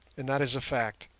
and that is a fact.